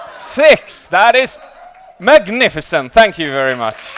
six. that is magnificent. thank you very much.